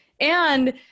And-